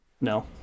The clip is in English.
No